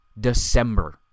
December